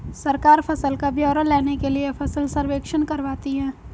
सरकार फसल का ब्यौरा लेने के लिए फसल सर्वेक्षण करवाती है